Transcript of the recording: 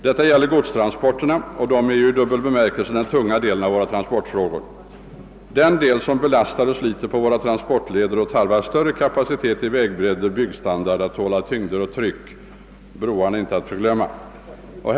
Detta gäller alltså godstransporterna, vilka utgör den i dubbel bemärkelse tunga delen av transportfrågorna — den del som belastar och sliter på våra transportleder, för att inte tala om: broarna, och för vilken tarvas större kapacitet i vägbredder och byggstandard för att vägarna skall tåla tyngder och tryck.